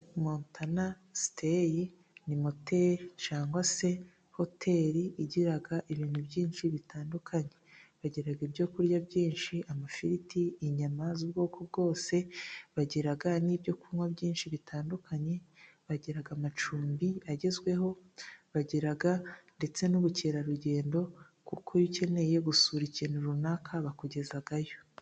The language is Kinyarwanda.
Montana siteyi ni moteri cyangwa se hoteli igira ibintu byinshi bitandukanye, bagira ibyokurya byinshi amafiriti, inyama z'ubwoko bwose bagira n'ibyokunywa byinshi bitandukanye bagira amacumbi agezweho, bagira ndetse n'ubukerarugendo kuko iyo ukeneye gusura ikintu runaka bakugezayo.